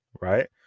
right